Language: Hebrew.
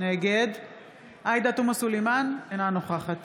נגד עאידה תומא סלימאן, אינה נוכחת